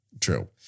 True